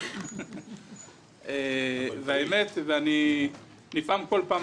ואני נפעם כל פעם,